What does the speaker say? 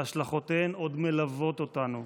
והשלכותיהן עוד מלוות אותנו.